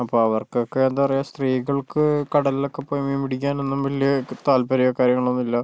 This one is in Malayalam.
അപ്പൊൾ അവർക്കൊക്കെ എന്താ പറയുക സ്ത്രീകൾക്ക് കടലിലൊക്കെ പോയി മീൻ പിടിക്കാനൊന്നും വലിയ താല്പര്യമോ കാര്യങ്ങളൊന്നും ഇല്ല